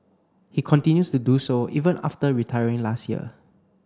he continues to do so even after retiring last year